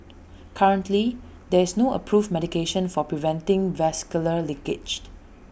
currently there is no approved medication for preventing vascular leakage